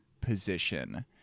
position